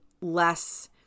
less